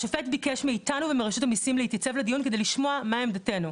השופט ביקש מאיתנו ומרשות המיסים להתייצב לדיון כדי לשמוע מה עמדתנו.